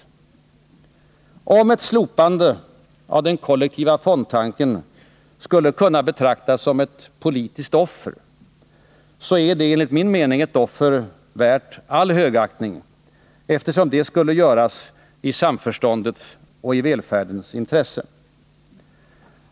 Om ett slopande av tanken på kollektiva fonder skulle kunna betraktas som ett politiskt offer, är det enligt min mening ett offer värt högaktning, eftersom det skulle göras i samförståndets och välfärdens intresse.